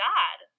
God